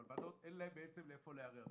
אבל בנות אין להן בעצם לאיפה לערער.